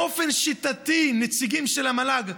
באופן שיטתי נציגים של המל"ג,